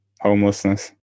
Homelessness